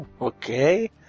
Okay